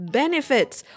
benefits